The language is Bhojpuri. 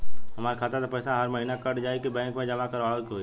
हमार खाता से पैसा हर महीना कट जायी की बैंक मे जमा करवाए के होई?